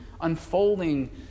unfolding